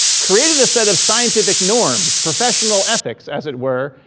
created a set of scientific norms, professional ethics, as it were,